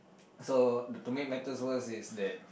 so to make matters worse is that